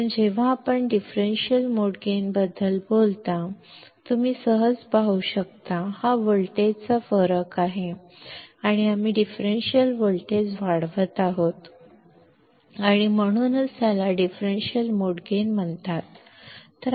म्हणून जेव्हा आपण डिफरेंशियल मोड गेनबद्दल बोलता तुम्ही सहज पाहू शकता हा व्होल्टेजचा फरक आहे आणि आम्ही डिफरेंशियल व्होल्टेज वाढवत आहोत आणि म्हणूनच त्याला डिफरेंशियल मोड गेन म्हणतात